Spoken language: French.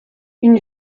une